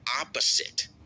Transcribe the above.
opposite